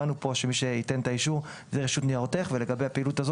היא זו שתיתן את האישור, ולגבי הפעילות הזו